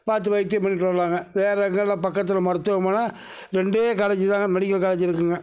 பார்த்து வைத்தியம் பண்ணிகிட்டு வரலாம்ங்க வேறு எங்கேலாம் பக்கத்தில் மருத்துவமனை ரெண்டே காலேஜ்ஜு தான் மெடிக்கல் காலேஜ்ஜூ இருக்குதுங்க